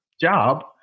job